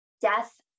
Death